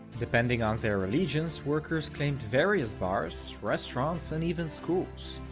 depending on their allegiance, workers claimed various bars, restaurants, and even schools.